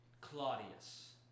Claudius